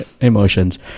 emotions